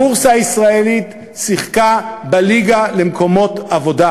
הבורסה הישראלית שיחקה בליגה למקומות עבודה.